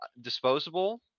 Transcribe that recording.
disposable